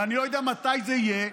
ואני לא יודע מתי זה יהיה.